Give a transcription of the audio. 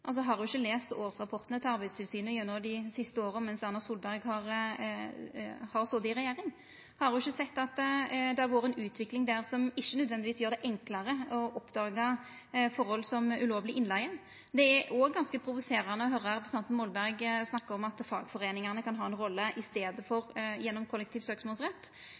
Har ho ikkje lest årsrapportane til Arbeidstilsynet gjennom dei siste åra mens Erna Solberg har sete i regjering? Har ho ikkje sett at det har vore ei utvikling der som ikkje nødvendigvis gjer det enklare å oppdaga forhold som ulovleg innleige? Det er òg ganske provoserande å høyra representanten Molberg snakka om at fagforeiningane kan ha ei rolle i staden for gjennom